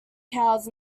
cows